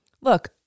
look